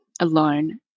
alone